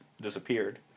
disappeared